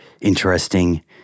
interesting